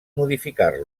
modificar